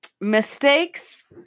Mistakes